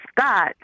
Scott